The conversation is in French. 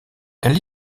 elle